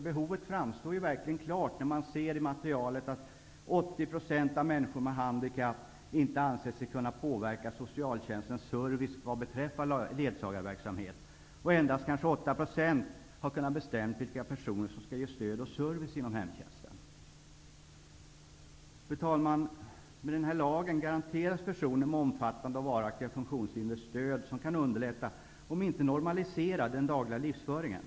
Behovet av detta framstår klart när man vet att 80 % av människor med handikapp inte anser sig kunna påverka socialtjänstens service vad beträffar ledsagarverksamhet och att endast 8 % kan bestämma vilka personer som skall ge stöd och service inom hemtjänsten. Fru talman! Med denna lag garanteras personer med omfattande och varaktiga funktionshinder stöd som kan underlätta den dagliga livsföringen, även om det inte kan normalisera den.